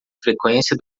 frequência